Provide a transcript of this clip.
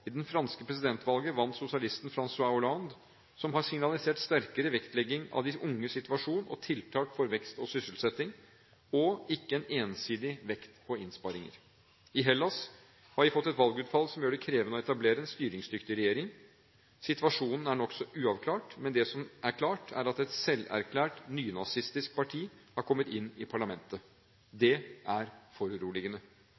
I det franske presidentvalget vant sosialisten François Hollande, som har signalisert sterkere vektlegging av de unges situasjon og tiltak for vekst og sysselsetting – og ikke en ensidig vekt på innsparinger. I Hellas har vi fått et valgutfall som gjør det krevende å etablere en styringsdyktig regjering. Situasjonen er nokså uavklart, men det som er klart, er at et selverklært nynazistisk parti har kommet inn i parlamentet.